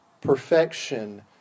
Perfection